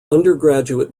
undergraduate